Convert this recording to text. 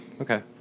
Okay